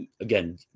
Again